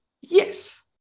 Yes